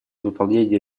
выполнение